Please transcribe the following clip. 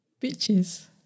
bitches